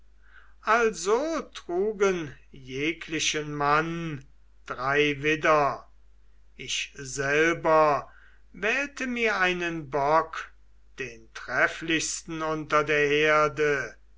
also trugen jeglichen mann drei widder ich selber wählte mir einen bock den trefflichsten unter der herde